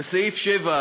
לסעיף 7,